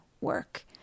work